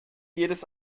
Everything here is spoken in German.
jedes